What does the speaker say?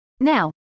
Now